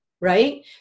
Right